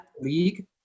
league